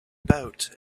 about